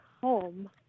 home